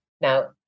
Now